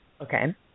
Okay